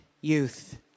youth